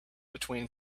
between